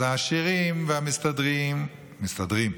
אז העשירים והמסתדרים, מסתדרים.